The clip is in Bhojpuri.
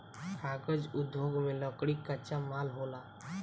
कागज़ उद्योग में लकड़ी कच्चा माल होला